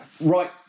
right